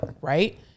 right